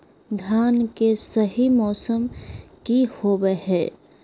धान के सही मौसम की होवय हैय?